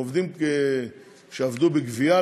הם עובדים שעבדו בגבייה,